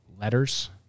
letters